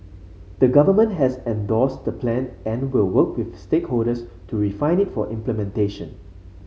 the Government has endorsed the Plan and will work with stakeholders to refine it for implementation